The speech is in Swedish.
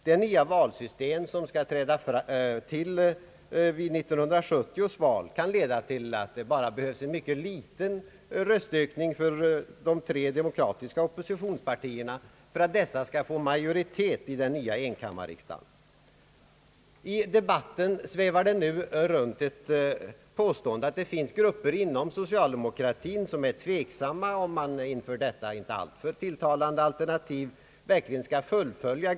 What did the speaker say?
Det nya valsystem, som skall tillämpas vid 1970 års val, kan leda till att det bara behövs en mycket liten röstökning för de tre demokratiska oppositionspartierna för att dessa skall få majoritet i den nya enkammarriksdagen. I debatten svävar nu runt ett påstående, att det finns grupper inom socialdemokratin som är tveksamma om grundlagsreformen, inför detta inte alltför tilltalande alternativ, verkligen skall fullföljas.